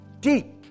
Deep